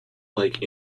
like